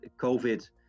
covid